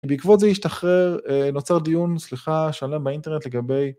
ובעקבות זה ישתחרר נוצר דיון, סליחה, שלם באינטרנט לגבי...